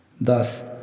Thus